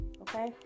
Okay